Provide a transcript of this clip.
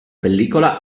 pellicola